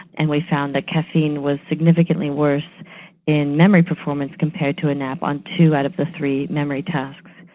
and we found that caffeine was significantly worse in memory performance compared to a nap on two out of the three memory tasks.